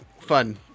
fun